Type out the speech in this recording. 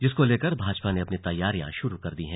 जिसको लेकर भाजपा ने अपनी तैयारियां शुरु कर दी है